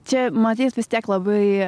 čia matyt vis tiek labai